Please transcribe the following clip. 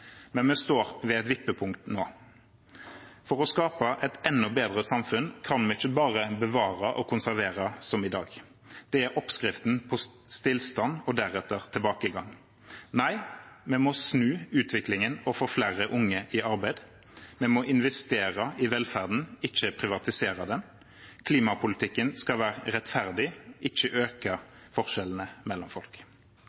Men vi står ved et vippepunkt nå. For å skape et enda bedre samfunn kan vi ikke bare bevare og konservere, som i dag. Det er oppskriften på stillstand og deretter tilbakegang. Nei, vi må snu utviklingen og få flere unge i arbeid. Vi må investere i velferden, ikke privatisere den. Klimapolitikken skal være rettferdig, ikke øke